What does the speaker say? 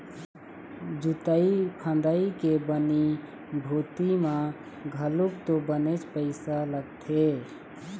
जोंतई फंदई के बनी भूथी म घलोक तो बनेच पइसा लगथे